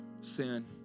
sin